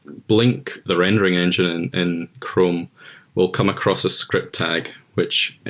blink, the rendering engine and chrome will come across a script tag, which